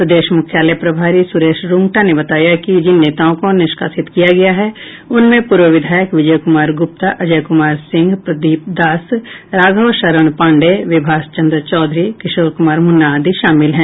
प्रदेश मुख्यलाय प्रभारी सुरेश रूंगटा ने बताया कि जिन नेताओं को निष्कासित किया गया है उनमें पूर्व विधायक विजय कुमार गुप्ता अजय कुमार सिंह प्रदीप दास राघव शरण पाण्डेय विभाष चंद्र चौधरी किशोर कुमार मुन्ना आदि शामिल हैं